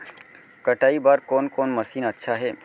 कटाई बर कोन कोन मशीन अच्छा हे?